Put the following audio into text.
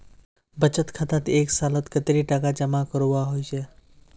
बचत खातात एक सालोत कतेरी टका जमा करवा होचए?